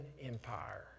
Empire